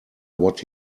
what